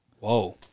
Whoa